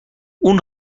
اون